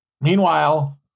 Meanwhile